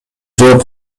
жооп